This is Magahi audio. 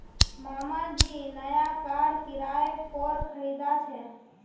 मामा जी नया कार किराय पोर खरीदा छे